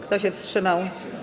Kto się wstrzymał?